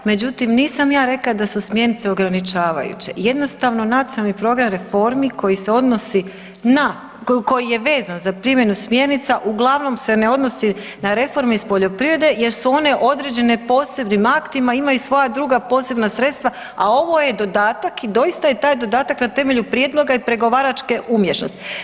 Međutim nisam ja rekla da su smjernice ograničavajuće, jednostavno Nacionalni program reformi koji se odnosi na, koji je vezan za primjenu smjernica, uglavnom se ne odnosi na reforme iz poljoprivrede jer su one određene posebnim aktima i imaju svoja druga posebna sredstva, a ovo je dodatak i doista je taj dodatak na temelju prijedloga i pregovaračke umješnosti.